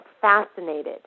fascinated